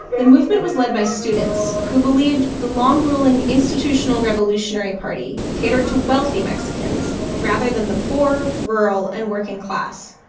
the movement was led by students who believed the long-ruling institutional revolutionary party catered to wealthy mexicans rather than the poor, rural and working class.